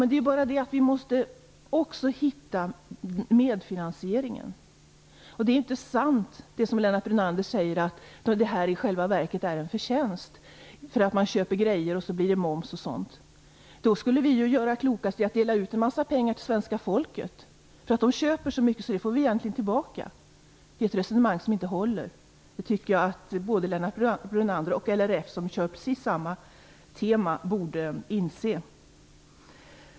Det är bara det att vi måste också hitta medfinansieringen. Det är inte sant som Lennart Brunander säger att det i själva verket blir en förtjänst, eftersom man köper saker och det blir moms och liknande. I så fall skulle vi göra klokast i att dela ut en massa pengar till svenska folket. Människor köper ju så mycket, och då får vi egentligen tillbaka pengarna. Det är ett resonemang som inte håller. Det tycker jag att både Lennart Brunander och LRF, som använder precis samma tema, borde inse.